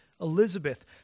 Elizabeth